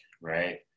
right